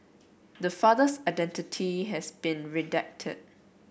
the father's identity has been redacted